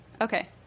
Okay